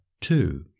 two